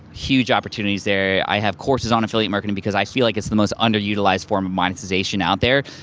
huge opportunities there. i have courses on affiliate marketing because i feel like it's the most under utilized form of monetization out there.